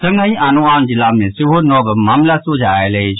संगहि आनो आन जिला मे सेहो नव मामिला सोझा आयल अछि